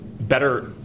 better